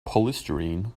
polystyrene